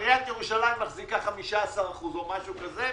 עיריית ירושלים מחזיקה 15% או משהו כזה,